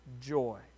joy